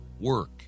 work